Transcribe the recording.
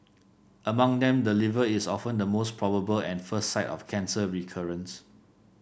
among them the liver is often the most probable and first site of cancer recurrence